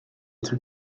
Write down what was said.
être